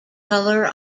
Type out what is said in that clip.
color